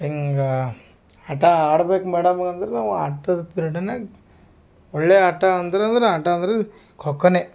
ಹಿಂಗೆ ಆಟ ಆಡ್ಬೇಕು ಮೇಡಮ್ಗ ಅಂದ್ರೆ ನಾವು ಆಟದ ಪಿರರ್ಡಿನಾಗೆ ಒಳ್ಳೇ ಆಟ ಅಂದ್ರಂದು ಆಟ ಅಂದ್ರೆ ಖೋಖೋ